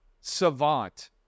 savant